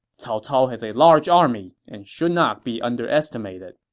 cao cao has a large army and should not be underestimated.